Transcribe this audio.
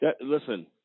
Listen